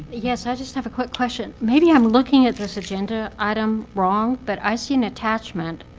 yes, i just have a quick question. maybe i'm looking at this agenda item wrong. but i see an attachment,